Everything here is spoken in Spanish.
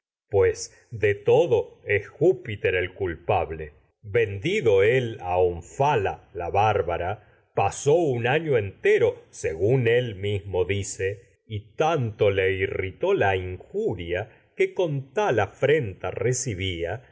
pues de todo es júpiter un el culpable vendido él a año onfala la mo bárbara pasó entero según él mis dice y tanto le irritó la injuria que con tal afrenta recibía